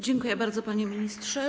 Dziękuję bardzo, panie ministrze.